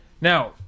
Now